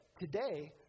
today